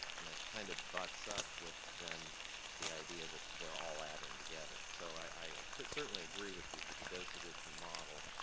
and that kind of butts up with then the idea that they're all adding together. so i certainly agree with you that the dose addition model,